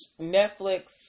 Netflix